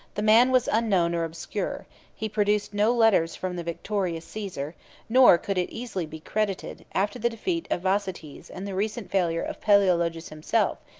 the man was unknown or obscure he produced no letters from the victorious caesar nor could it easily be credited, after the defeat of vataces and the recent failure of palaeologus himself,